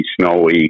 snowy